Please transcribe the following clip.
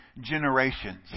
generations